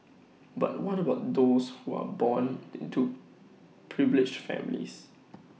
but what about those who are born into privileged families